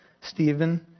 Stephen